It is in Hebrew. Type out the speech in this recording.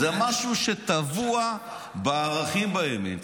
זה משהו שטבוע בערכים בימין.